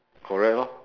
correct lor